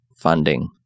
funding